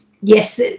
yes